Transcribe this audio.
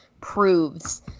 proves